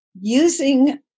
using